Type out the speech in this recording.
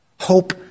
Hope